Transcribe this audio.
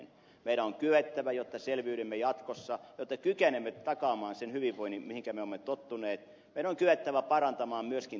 meidän on kyettävä jotta selviydymme jatkossa jotta kykenemme takaamaan sen hyvinvoinnin mihinkä me olemme tottuneet parantamaan myöskin tuottavuutta